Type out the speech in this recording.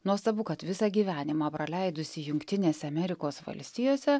nuostabu kad visą gyvenimą praleidusi jungtinėse amerikos valstijose